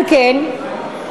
על כן,